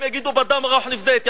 הם יגידו "בדם ורוח נפדה את יפו",